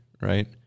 right